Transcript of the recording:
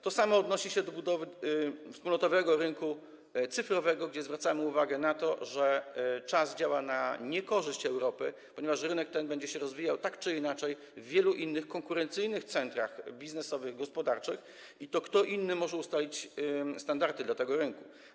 To samo odnosi się do budowy wspólnotowego rynku cyfrowego, gdzie zwracamy uwagę na to, że czas działa na niekorzyść Europy, ponieważ rynek ten będzie się rozwijał tak czy inaczej w wielu innych konkurencyjnych centrach biznesowych, gospodarczych i to kto inny może ustalić standardy dla tego rynku.